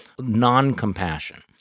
non-compassion